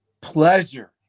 pleasure